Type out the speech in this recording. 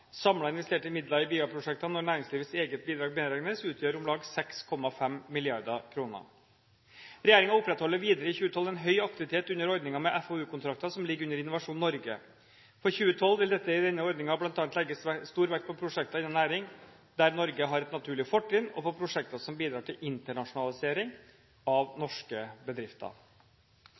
investerte midler i BIA-prosjektene – når næringslivets eget bidrag medregnes – utgjør om lag 6,5 mrd. kr. Regjeringen opprettholder videre i 2012 en høy aktivitet under ordningen med FoU-kontrakter som ligger under Innovasjon Norge. For 2012 vil det i denne ordningen bl.a. legges stor vekt på prosjekter innen næring der Norge har et naturlig fortrinn, og på prosjekter som bidrar til internasjonalisering av norske bedrifter.